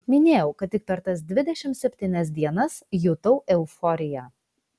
minėjau kad tik per tas dvidešimt septynias dienas jutau euforiją